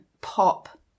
pop